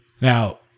Now